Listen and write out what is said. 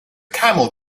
camel